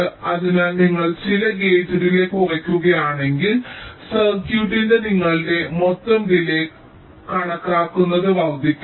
അതിനാൽ നിങ്ങൾ ചില ഗേറ്റ് ഡിലേയ് കുറയ്ക്കുകയാണെങ്കിൽ സർക്യൂട്ടിന്റെ നിങ്ങളുടെ മൊത്തം ഡിലേയ് കണക്കാക്കുന്നത് വർദ്ധിക്കരുത്